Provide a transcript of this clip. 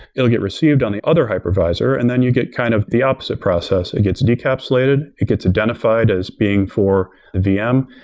it'll get received on the other hypervisor and then you get kind of the opposite process. it gets decapsulated, it gets identif ied as being for the vm.